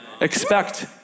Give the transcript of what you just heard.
Expect